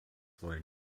wollen